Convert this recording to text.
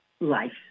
life